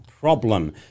problem